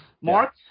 Mark